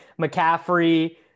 McCaffrey